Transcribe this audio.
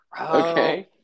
Okay